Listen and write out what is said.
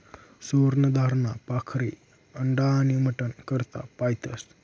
सुवर्ण धाराना पाखरे अंडा आनी मटन करता पायतस